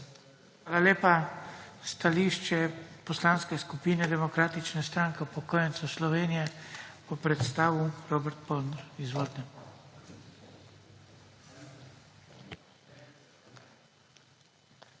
Hvala lepa. Stališče Poslanske skupine Demokratične stranke upokojencev Slovenije bo predstavil Robert Polnar. Izvolite. **ROBERT